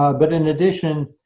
ah but in addition,